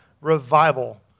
revival